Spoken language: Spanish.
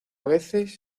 veces